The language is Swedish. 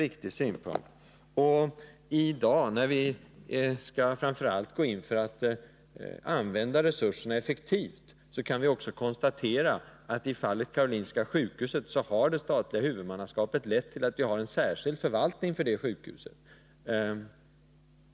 I dag, när vi framför allt skall gå in för att använda resurserna effektivt, kan vi också konstatera att i fallet Karolinska sjukhuset har det statliga huvudmannaskapet lett till att vi har en särskild förvaltning för det sjukhuset.